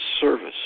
service